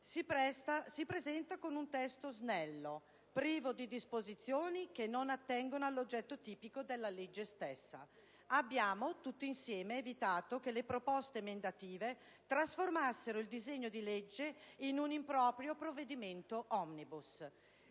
si presenta con un testo "snello", privo di disposizioni che non attengono all'oggetto tipico della legge stessa. Abbiamo, tutti insieme, evitato che le proposte emendative trasformassero il disegno di legge in un improprio provvedimento *omnibus*.